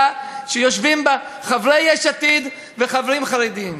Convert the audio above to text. שיושבים בה חברי יש עתיד וחברים חרדים.